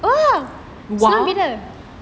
!whoa!